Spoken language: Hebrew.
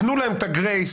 תנו להם את הגרייס.